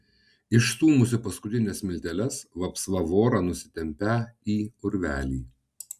išstūmusi paskutines smilteles vapsva vorą nusitempią į urvelį